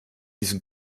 diesen